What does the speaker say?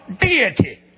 deity